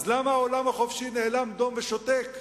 אז למה העולם החופשי נאלם דום ושותק?